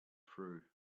through